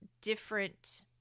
different